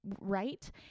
right